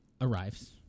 arrives